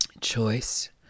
Choice